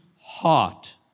heart